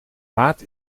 maat